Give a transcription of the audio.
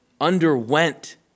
underwent